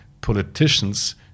politicians